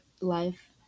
life